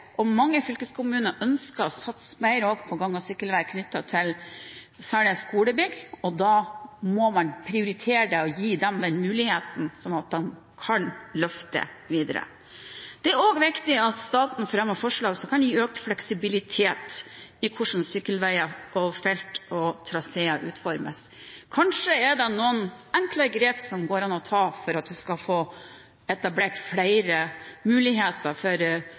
og mange fylkeskommuner ønsker å satse mer på gang- og sykkelveier knyttet til særlig skolebygg. Da må man prioritere det og gi dem den muligheten, sånn at de kan løfte det videre. Det er også viktig at staten fremmer forslag som kan gi økt fleksibilitet rundt hvordan sykkelveger, sykkelfelt og sykkeltraseer utformes. Kanskje er det noen enkle grep som går an å ta for å få etablert flere muligheter for